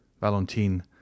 Valentine